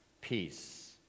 Peace